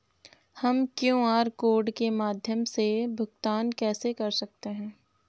हम QR code के माध्यम से भुगतान कैसे कर सकते हैं?